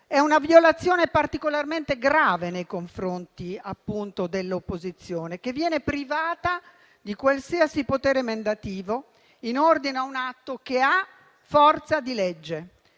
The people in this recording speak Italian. È una violazione particolarmente grave nei confronti dell'opposizione, che viene privata di qualsiasi potere emendativo in ordine a un atto che ha forza di legge;